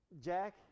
Jack